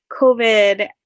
COVID